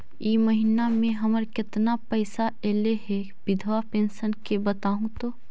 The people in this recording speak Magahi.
इ महिना मे हमर केतना पैसा ऐले हे बिधबा पेंसन के बताहु तो?